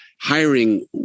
Hiring